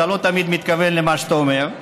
אתה לא תמיד מתכוון למה שאתה אומר.